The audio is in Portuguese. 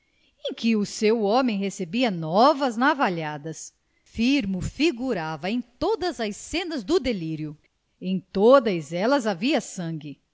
em que o seu homem recebia novas navalhadas firmo figurava em todas as cenas do delírio em todas elas havia sangue